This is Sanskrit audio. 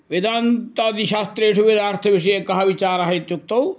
वेदान्तादिशास्त्रेषु वेदार्थविषये कः विचारः इत्युक्तौ